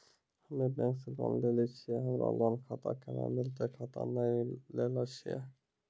हम्मे बैंक से लोन लेली छियै हमरा लोन खाता कैना मिलतै खाता नैय लैलै छियै?